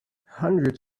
hundreds